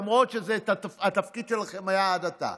למרות שזה היה התפקיד שלכם עד עתה.